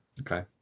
Okay